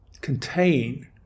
contain